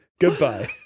goodbye